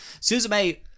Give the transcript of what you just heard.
Suzume